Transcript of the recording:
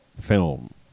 film